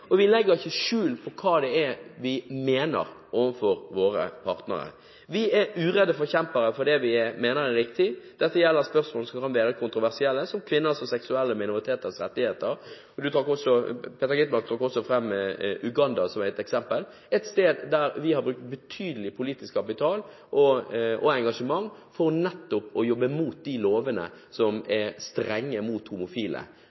og vi legger ikke skjul på hva det er vi mener overfor våre partnere. Vi er uredde forkjempere for det vi mener er riktig. Dette gjelder spørsmål som er mer kontroversielle, som kvinners og seksuelle minoriteters rettigheter. Peter Skovholt Gitmark trakk også fram Uganda som eksempel, et sted der vi har brukt betydelig politisk kapital og engasjement for nettopp å jobbe imot de lovene som er strenge mot homofile,